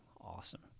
awesome